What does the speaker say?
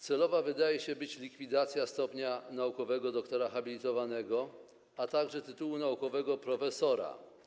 Celowa wydaje się likwidacja stopnia naukowego doktora habilitowanego, a także tytułu naukowego profesora.